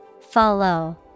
Follow